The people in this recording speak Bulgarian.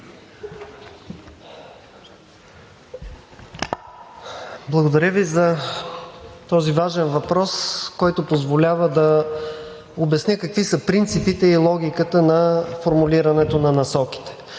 Благодаря Ви за този важен въпрос, който позволява да обясня какви са принципите и логиката на формулирането на насоките.